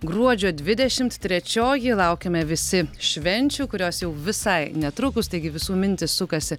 gruodžio dvidešimt trečioji laukiame visi švenčių kurios jau visai netrukus taigi visų mintys sukasi